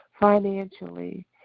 financially